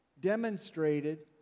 demonstrated